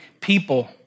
people